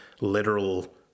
literal